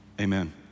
Amen